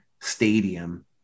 stadium